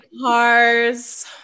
cars